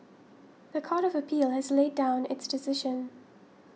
the Court of Appeal has laid down its decision